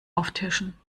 auftischen